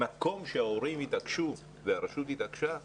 במקום שההורים התעקשו והרשות התעקשה,